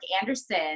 Anderson